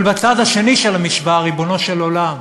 אבל בצד השני של המשוואה, ריבונו של עולם,